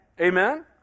Amen